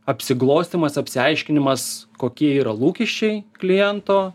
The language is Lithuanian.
apsiglostymas apsiaiškinimas kokie yra lūkesčiai kliento